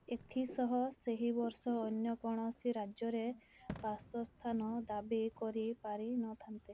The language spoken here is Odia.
ଏଥିସହ ସେହି ବର୍ଷ ଅନ୍ୟ କୌଣସି ରାଜ୍ୟରେ ବାସସ୍ଥାନ ଦାବି କରିପାରି ନଥାନ୍ତେ